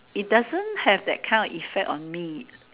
it doesn't have that kind of effect on me